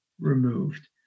removed